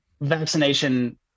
vaccination